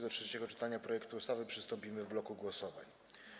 Do trzeciego czytania projektu ustawy przystąpimy w bloku głosowań.